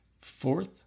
Fourth